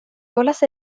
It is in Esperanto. volas